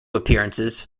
appearances